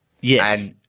Yes